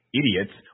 idiots